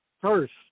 first